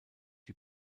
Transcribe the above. die